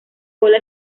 cola